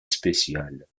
spéciale